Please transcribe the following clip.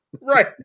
Right